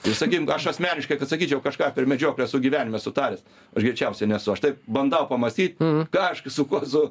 tai sakykim aš asmeniškai kad sakyčiau kažką per medžioklę esu gyvenime sutaręs aš greičiausiai nesu aš taip bandau pamąstyt ką aš su kuo su